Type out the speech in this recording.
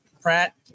Pratt